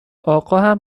آقاهم